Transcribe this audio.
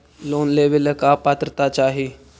Loan लेवेला का पात्रता चाही?